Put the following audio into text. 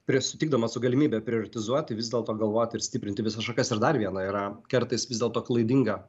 prieš sutikdamas su galimybe prioretizuoti vis dėlto galvoti ir stiprinti visas šakas ir dar viena yra kartais vis dėlto klaidinga